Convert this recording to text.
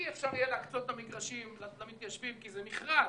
אי-אפשר יהיה להקצות את המגרשים למתיישבים כי מכרז.